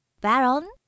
Baron